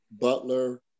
Butler